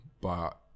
but-